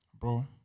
Bro